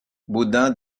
baudin